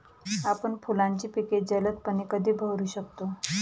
आपण फुलांची पिके जलदपणे कधी बहरू शकतो?